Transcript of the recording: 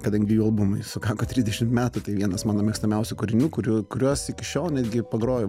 kadangi jų albumui sukako trisdešimt metų tai vienas mano mėgstamiausių kūrinių kurių kuriuos iki šiol netgi pagroju